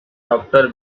doctor